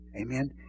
Amen